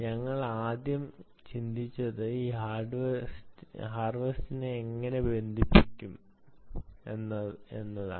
ഞങ്ങൾ ആദ്യം ചിന്തിച്ചത് ഈ ഹാർവെസ്റ്ററിനെ എങ്ങനെ ബന്ധിപ്പിക്കും എന്നതാണ്